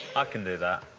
ah can do that.